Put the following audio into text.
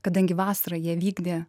kadangi vasarą jie vykdė